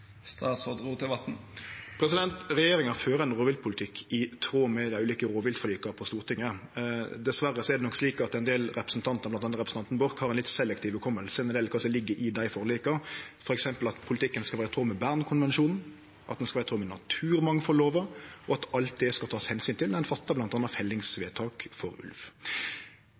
Regjeringa fører ein rovviltpolitikk i tråd med dei ulike rovviltforlika på Stortinget. Dessverre er det nok slik at ein del representantar, bl.a. representanten Borch, har eit litt selektivt minne når det gjeld kva som ligg i dei forlika, f.eks. at politikken skal vere i tråd med Bernkonvensjonen, og at han skal vere i tråd med naturmangfaldlova, og at alt det skal takast omsyn til når ein gjer bl.a. fellingsvedtak for